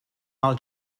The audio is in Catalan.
mal